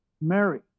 Mary